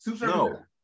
No